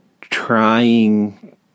trying